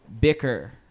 bicker